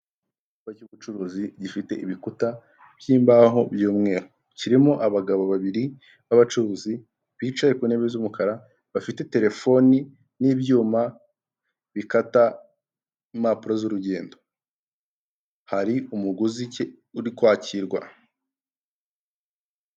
Umuhanda wa kaburimbo cyangwa se w'umukara uri gukoreshwa n'ibinyabiziga bitandukanye, bimwe muri byo ni amagare abiri ahetse abagenzi ikindi nii ikinyabiziga kiri mu ibara ry'umweru cyangwa se ikamyo kikoreye inyuma imizigo bashumikishije itente cyangwa se igitambaro cy'ubururu.